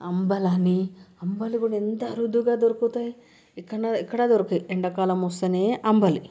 అంబలి అని అంబలి కూడా ఎంత అరుదుగా దొరుకుతుంది ఎక్కడా దొరకదు ఎండాకాలం వస్తేనే అంబలి